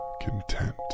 content